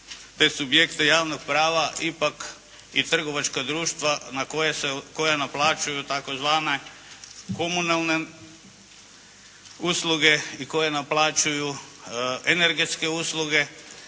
te subjekte javnog prava ipak i trgovačka društva koja naplaćuju tzv. komunalne usluge i koje naplaćuju energetske usluge